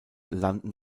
landen